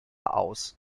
aus